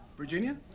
virginia?